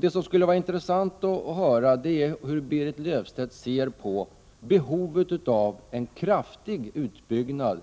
Det skulle vara intressant att höra hur Berit Löfstedt ser på behovet av en kraftig utbyggnad